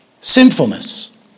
Sinfulness